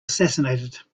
assassinated